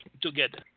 together